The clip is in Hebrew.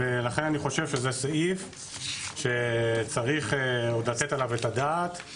ולכן אני חושב שזה סעיף שצריך עוד לתת עליו את הדעת.